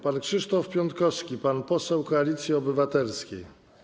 Pan Krzysztof Piątkowski, pan poseł Koalicji Obywatelskiej.